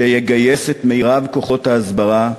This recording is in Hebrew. שיגייס את מרב כוחות ההסברה,